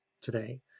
today